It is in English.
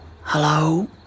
Hello